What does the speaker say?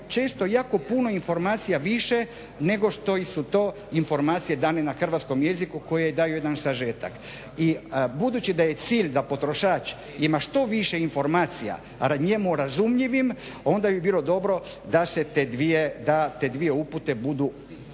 često jako puno informacija više nego što su to informacije dane na hrvatskom jeziku koje daju jedan sažetak. I budući da je cilj da potrošač ima što više informacija njemu razumljivim onda bi bilo dobro da se te dvije, da te dvije